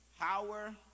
power